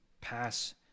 pass